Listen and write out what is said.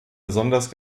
besonders